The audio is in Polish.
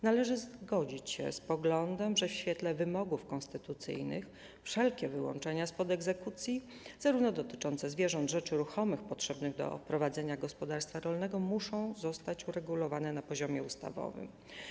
Należy zgodzić się z poglądem, że w świetle wymogów konstytucyjnych wszelkie wyłączenia spod egzekucji, zarówno dotyczące zwierząt, jak i rzeczy ruchomych potrzebnych do prowadzenia gospodarstwa rolnego, muszą zostać uregulowane na poziomie ustawowym.